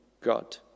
God